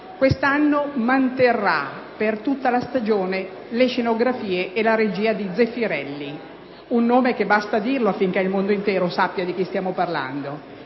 Quest'anno manterrà per tutta la stagione le scenografie e la regia di Zeffirelli, un nome che basta pronunciarlo affinché il mondo intero sappia di chi stiamo parlando.